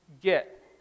get